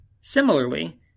Similarly